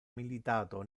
militato